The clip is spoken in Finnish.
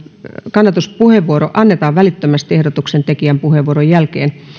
kannatuspuheenvuoro annetaan välittömästi ehdotuksen tekijän puheenvuoron jälkeen